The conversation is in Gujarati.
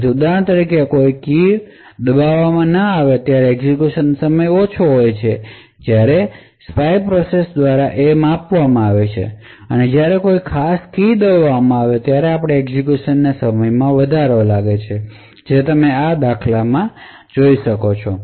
તેથી ઉદાહરણ તરીકે જ્યારે કોઈ કીઓ દબાવવામાં ન આવે ત્યારે એક્ઝેક્યુશનનો સમય ઓછો હોય છે જે સ્પાય પ્રોસેસ દ્વારા માપવામાં આવે છે અને જ્યારે કોઈ ખાસ કી દબાવવામાં આવે છે ત્યારે આપણે એક્ઝેક્યુશનના સમયગાળામાં વધારો થાય જેમ કે તમે આ દાખલાઓમાં જુઓ છો